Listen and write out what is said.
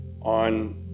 on